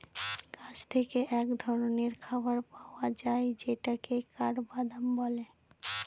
গাছ থেকে এক ধরনের খাবার পাওয়া যায় যেটাকে কাঠবাদাম বলে